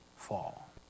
Fall